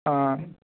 ಹಾಂ